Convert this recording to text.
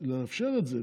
לאפשר את זה,